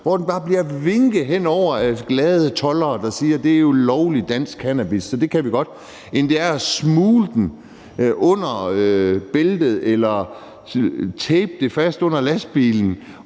hvor den bare bliver vinket hen over grænsen af glade toldere, der siger, at det er lovligt dansk cannabis, så det kan vi godt, end det er at smugle den under bæltet eller tape den fast under lastbilen